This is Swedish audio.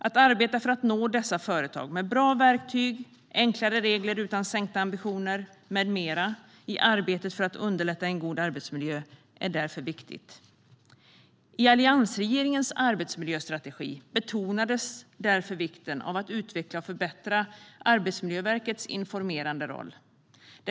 Att arbeta för att nå dessa företag med bra verktyg, enklare regler utan sänkta ambitioner med mera i arbetet för att underlätta för en god arbetsmiljö är därför viktigt. I alliansregeringens arbetsmiljöstrategi betonades därför vikten av att utveckla och förbättra Arbetsmiljöverkets informerande roll.